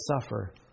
suffer